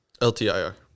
LTIR